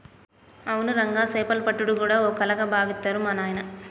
అవును రంగా సేపలు పట్టుడు గూడా ఓ కళగా బావిత్తరు మా నాయిన